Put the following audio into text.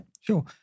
sure